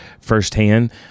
firsthand